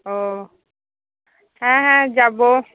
ও হ্যাঁ হ্যাঁ যাবো